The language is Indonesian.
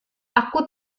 aku